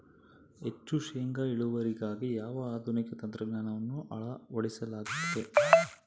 ಹೆಚ್ಚು ಶೇಂಗಾ ಇಳುವರಿಗಾಗಿ ಯಾವ ಆಧುನಿಕ ತಂತ್ರಜ್ಞಾನವನ್ನು ಅಳವಡಿಸಿಕೊಳ್ಳಬೇಕು?